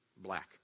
black